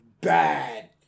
bad